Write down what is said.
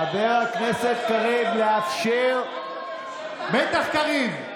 חבר הכנסת קריב, לאפשר, בטח, קריב,